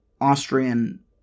Austrian